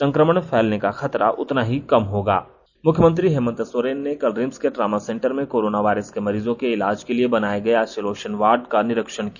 संक्रमण फैलने का खतरा उतना ही कम होगा मुख्यमंत्री हेमन्त सोरेन ने कल रिम्स के ट्रॉमा सेंटर में कोरोना वायरस के मरीजों के इलाज के लिए बनाए गए आइसोलेशन वार्ड का निरीक्षण किया